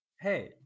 hey